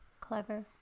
Clever